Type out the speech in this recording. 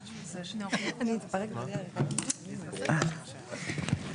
שאין שום סיבה בעולם שהן יקרו או שלא יתוקנו.